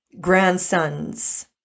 grandson's